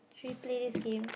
should we play this game